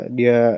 dia